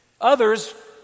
Others